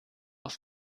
auf